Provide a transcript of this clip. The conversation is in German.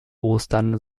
ostern